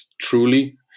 truly